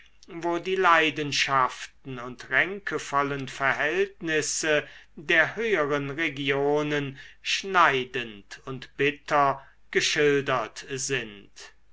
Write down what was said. wo die leidenschaften und ränkevollen verhältnisse der höheren regionen schneidend und bitter geschildert sind